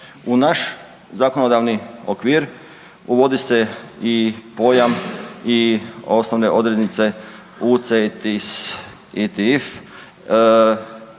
U naš zakonodavni okvir uvodi se i pojam i osnovne odrednice UCITS ETF,